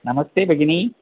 नमस्ते भगिनि